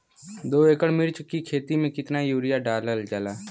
दो एकड़ मिर्च की खेती में कितना यूरिया डालल जाला?